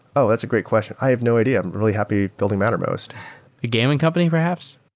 oh, that's a great question. i have no idea. i'm really happy building mattermost a gaming company perhaps?